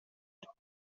بکنه